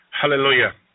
Hallelujah